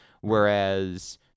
Whereas